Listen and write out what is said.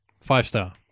Five-star